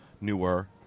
newer